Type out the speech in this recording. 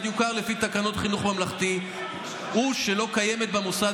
יוכר לפי תקנות חינוך ממלכתי הוא שלא קיימת במוסד